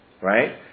Right